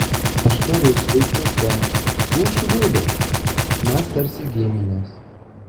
meška rusvai pilka ūš rudas mes tarsi giminės